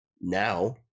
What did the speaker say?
Now